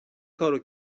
کارو